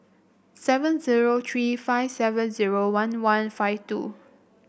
seven zero three five seven zero one one five two